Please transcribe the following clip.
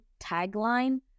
tagline